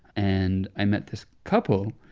and i met this couple.